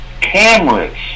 cameras